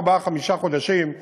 ארבעה וחמישה חודשים.